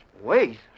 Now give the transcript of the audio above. Wait